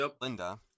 Linda